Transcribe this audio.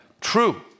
True